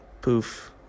poof